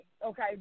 Okay